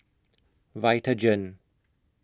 Vitagen